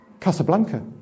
Casablanca